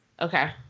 Okay